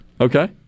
Okay